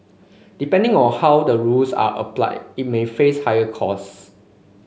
depending on how the rules are applied it may face higher costs